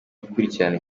gukurikirana